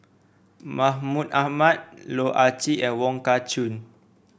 Mahmud Ahmad Loh Ah Chee and Wong Kah Chun